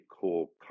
cool